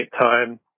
time